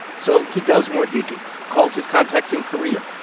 so he does more digging, calls his contacts in korea,